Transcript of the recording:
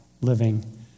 living